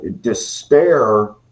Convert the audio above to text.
despair